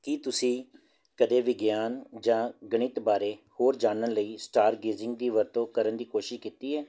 ਕੀ ਤੁਸੀਂ ਕਦੇ ਵਿਗਿਆਨ ਜਾਂ ਗਣਿਤ ਬਾਰੇ ਹੋਰ ਜਾਨਣ ਲਈ ਸਟਾਰਗੇਜਿੰਗ ਦੀ ਵਰਤੋਂ ਕਰਨ ਦੀ ਕੋਸ਼ਿਸ਼ ਕੀਤੀ ਹੈ